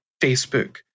Facebook